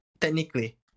Technically